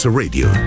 radio